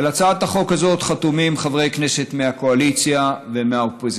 על הצעת החוק הזאת חתומים חברי כנסת מהקואליציה ומהאופוזיציה.